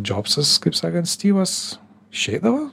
džobsas kaip sakant styvas išeidavo